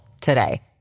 today